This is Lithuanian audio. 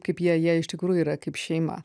kaip jie jie iš tikrųjų yra kaip šeima